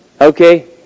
Okay